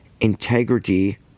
integrity